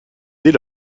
dès